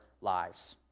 lives